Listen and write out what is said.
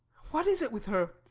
what is it with her?